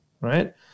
right